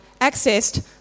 accessed